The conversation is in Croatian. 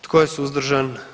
Tko je suzdržan?